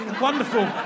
wonderful